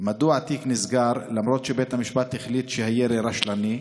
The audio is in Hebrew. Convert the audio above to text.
2. מדוע התיק נסגר למרות שבית המשפט החליט שהירי רשלני?